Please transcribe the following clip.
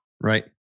Right